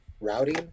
routing